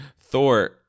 Thor